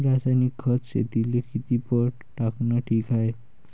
रासायनिक खत शेतीले किती पट टाकनं ठीक हाये?